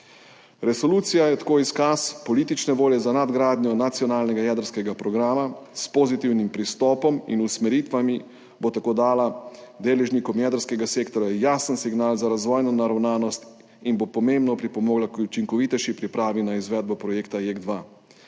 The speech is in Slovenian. Resolucija je tako izkaz politične volje za nadgradnjo nacionalnega jedrskega programa. S pozitivnim pristopom in usmeritvami bo dala deležnikom jedrskega sektorja jasen signal za razvojno naravnanost in bo pomembno pripomogla k učinkovitejši pripravi na izvedbo projekta JEK2.